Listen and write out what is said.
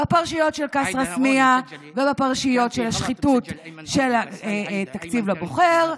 בפרשיות של כסרא-סמיע ובפרשיות של השחיתות של התקציב לבוחר,